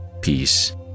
peace